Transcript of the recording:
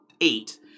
eight